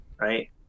right